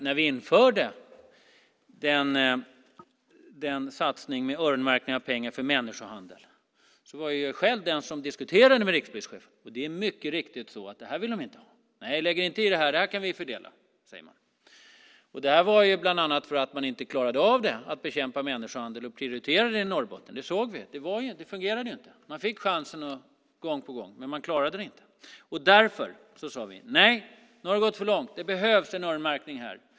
När vi införde satsningen med öronmärkning av pengar för arbete mot människohandel var det jag som diskuterade med rikspolischefen, och det är mycket riktigt så att det här vill de inte ha. Nej, lägg er inte i det här; det kan vi fördela, sade man. Öronmärkningen kom till bland annat för att man inte klarade av att prioritera arbetet med att bekämpa människohandeln i Norrbotten - det såg vi. Det fungerade inte. Man fick chansen gång på gång, men man klarade det inte. Därför sade vi: Nej, nu har det gått för långt, det behövs en öronmärkning här!